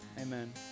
Amen